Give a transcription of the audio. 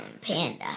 panda